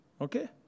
Okay